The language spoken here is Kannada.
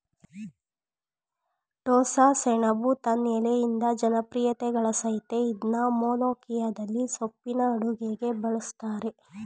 ಟೋಸ್ಸಸೆಣಬು ತನ್ ಎಲೆಯಿಂದ ಜನಪ್ರಿಯತೆಗಳಸಯ್ತೇ ಇದ್ನ ಮೊಲೋಖಿಯದಲ್ಲಿ ಸೊಪ್ಪಿನ ಅಡುಗೆಗೆ ಬಳುಸ್ತರೆ